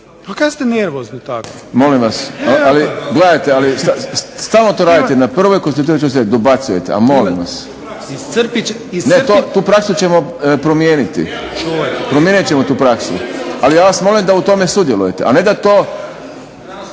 predsjednik: Molim vas! Gledajte. Stalno to radite. Na prvoj konstituirajućoj sjednici dobacujete. Molim vas! Tu praksu ćemo promijeniti. Promijenit ćemo tu praksu, ali ja vas molim da u tome sudjelujete a ne da to